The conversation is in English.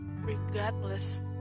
regardless